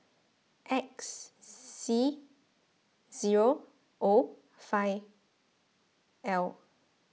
X C zero O five L